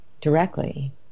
directly